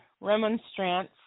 remonstrance